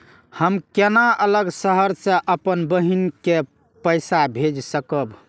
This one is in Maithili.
हम केना अलग शहर से अपन बहिन के पैसा भेज सकब?